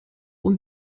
und